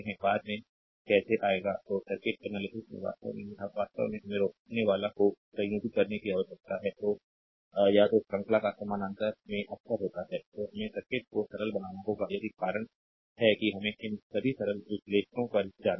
बाद में कैसे आएगा तो सर्किट एनालिसिस में वास्तव में यह वास्तव में हमें रोकनेवाला को संयोजित करने की आवश्यकता है या तो श्रृंखला या समानांतर में अक्सर होता है तो हमें सर्किट को सरल बनाना होगा यही कारण है कि हमें इन सभी सरल विश्लेषणों पर जाना होगा